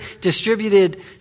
distributed